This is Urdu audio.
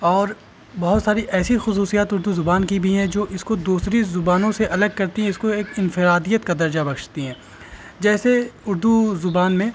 اور بہت ساری ایسی خصوصیات اردو زبان کی بھی ہیں جو اس کو دوسری زبانوں سے الگ کرتی ہیں اس کو ایک انفرادیت کا درجہ بخشتی ہیں جیسے اردو زبان میں